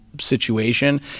situation